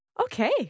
Okay